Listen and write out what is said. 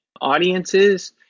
audiences